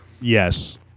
Yes